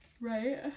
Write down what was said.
right